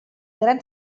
gran